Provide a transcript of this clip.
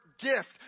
gift